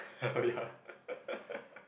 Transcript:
sorry